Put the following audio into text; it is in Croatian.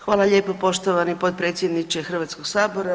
Hvala lijepa poštovani potpredsjedniče Hrvatskog sabora.